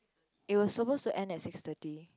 it was supposed to end at six thirty